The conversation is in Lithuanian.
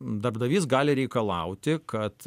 darbdavys gali reikalauti kad